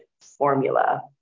formula